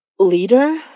leader